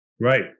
Right